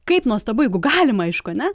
kaip nuostabu jeigu galima aišku ane